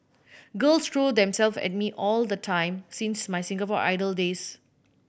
girls throw themselves at me all the time since my Singapore Idol days